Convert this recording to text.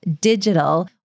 digital